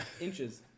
Inches